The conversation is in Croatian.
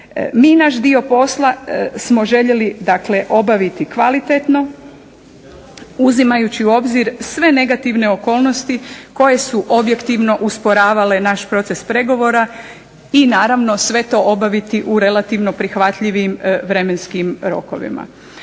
mi naš dio posla smo željeli dakle obaviti kvalitetno uzimajući u obzir sve negativne okolnosti koje su objektivno usporavale naš proces pregovora i naravno sve to obaviti u relativno prihvatljivim vremenskim rokovima.